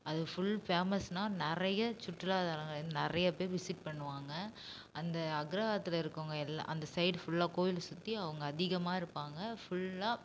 அது ஃபுல் ஃபேமஸ்னா நிறைய சுற்றுலாத்தலங்கள் நிறைய பேர் விசிட் பண்ணுவாங்க அந்த அக்ரஹாரத்தில் இருக்கவங்க எல்லாம் அந்த சைடு ஃபுல்லாக கோயிலை சுற்றி அவங்க அதிகமாக இருப்பாங்க ஃபுல்லாக